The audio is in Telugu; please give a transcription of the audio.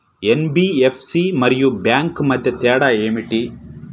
ఎన్.బీ.ఎఫ్.సి మరియు బ్యాంక్ మధ్య తేడా ఏమిటి?